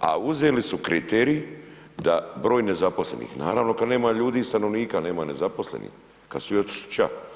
a uzeli su kriterij da broj nezaposlenih, naravno kad nema ljudi i stanovnika nema nezaposlenih, kad su svi otišli ća.